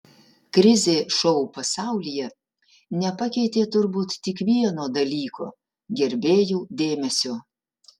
krizė šou pasaulyje nepakeitė turbūt tik vieno dalyko gerbėjų dėmesio